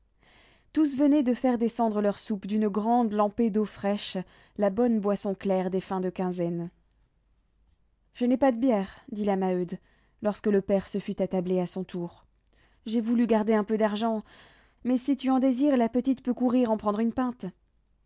tous venaient de faire descendre leur soupe d'une grande lampée d'eau fraîche la bonne boisson claire des fins de quinzaine je n'ai pas de bière dit la maheude lorsque le père se fut attablé à son tour j'ai voulu garder un peu d'argent mais si tu en désires la petite peut courir en prendre une pinte